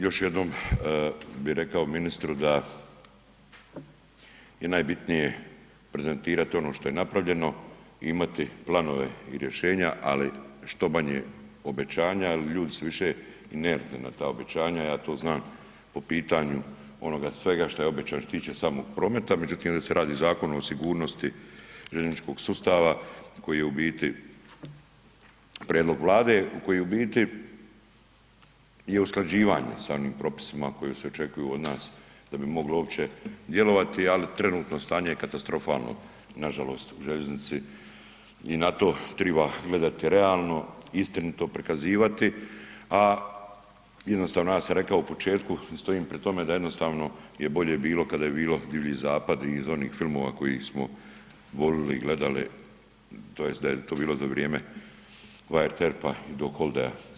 Još jednom bi rekao ministru da je najbitnije prezentirat ono što je napravljeno i imati planove i rješenja ali što manje obećanja jer ljudi su više inertni na ta obećanja ja to znam po pitanju onoga svega što je obećano što se tiče samog prometa, međutim ovdje se radi o Zakonu o sigurnosti željezničkog sustava koji je u biti prijedlog Vlade, koji je u biti je usklađivanje sa onim propisima koji se očekuju od nas da bi mogla uopće djelovati, ali trenutno stanje je katastrofalno nažalost u željeznici i na to triba gledati realno, istinito prikazivati, a jednostavno ja sam rekao u početku i stojim pri tome da jednostavno je bolje bilo kada je bilo divlji zapad i iz onih filmova kojih smo volili i gledali tj. da je to bilo za vrijeme Wyatt Erppa i Doc Hollidaya.